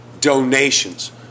donations